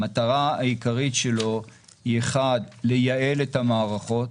המטרה העיקרית שלו היא אחת: לייעל את המערכות.